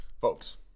Folks